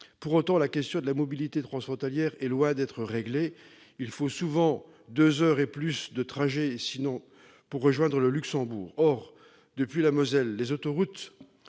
Pour autant, la question de la mobilité transfrontalière est loin d'être réglée. Il faut souvent deux heures et plus de trajets pour rejoindre le Luxembourg. Or, depuis la Moselle, les autoroutes